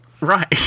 Right